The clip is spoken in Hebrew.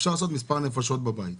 אפשר לעשות מספר נפשות שחיות בבית.